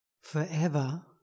forever